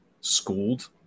schooled